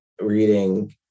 reading